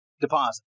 deposit